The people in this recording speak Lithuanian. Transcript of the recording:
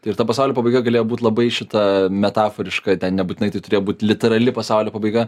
tai ir ta pasaulio pabaiga galėjo būt labai šita metaforiška ten nebūtinai tai turėjo būt literali pasaulio pabaiga